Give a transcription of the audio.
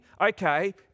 okay